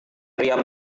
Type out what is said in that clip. pria